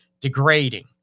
degrading